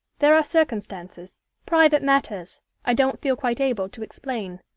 there are circumstances private matters i don't feel quite able to explain.